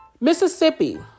Mississippi